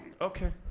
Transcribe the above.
Okay